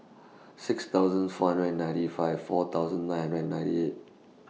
six thousand four hundred and ninety five four thousand nine hundred and ninety eight